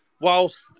Whilst